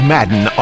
Madden